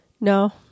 No